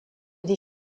des